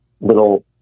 little